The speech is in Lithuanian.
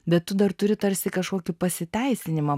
bet tu dar turi tarsi kažkokį pasiteisinimą